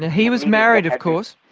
he was married of course.